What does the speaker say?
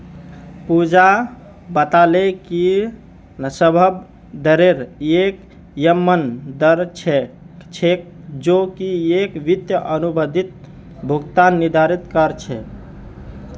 पूजा बताले कि संदर्भ दरेर एक यममन दर छेक जो की एक वित्तीय अनुबंधत भुगतान निर्धारित कर छेक